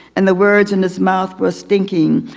and the words in his mouth were stinking.